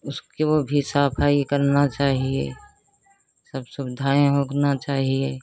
उसको वह भी सफाई भी करना चाहिए सब सुविधाएँ रखना चाहिए